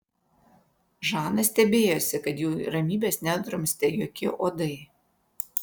žana stebėjosi kad jų ramybės nedrumstė jokie uodai